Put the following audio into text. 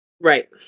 Right